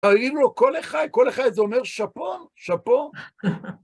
האם לא כה לחי? כה לחי זה אומר שאפו, שאפו.